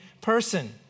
person